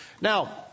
Now